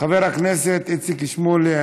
חבר הכנסת איציק שמולי,